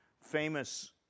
famous